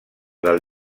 del